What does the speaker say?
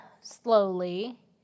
slowly